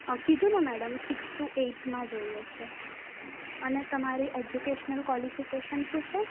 કીધું ને madam six two એઈટમાં જોઈએ છે અને તમાર એડ્યુકેશ્ન્લ કોલીફીકેશન શું છે